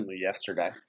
yesterday